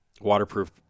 waterproof